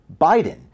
Biden